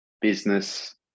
business